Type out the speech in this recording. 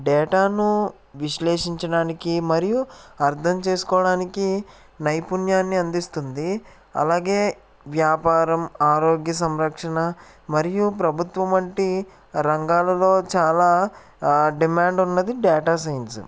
డేటాను విశ్లేషించడానికి మరియు అర్థం చేసుకోవడానికి నైపుణ్యాన్ని అందిస్తుంది అలాగే వ్యాపారం ఆరోగ్య సంరక్షణ మరియు ప్రభుత్వం వంటి రంగాలలో చాలా డిమాండ్ ఉన్నది డేటా సైన్స్